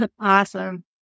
Awesome